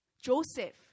Joseph